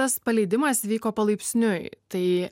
tas paleidimas vyko palaipsniui tai